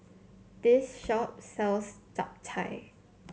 this shop sells Chap Chai